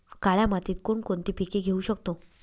काळ्या मातीत कोणकोणती पिके घेऊ शकतो?